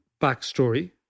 backstory